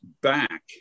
back